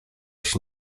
się